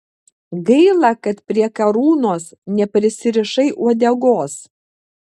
gaila kad prie karūnos neprisirišai uodegos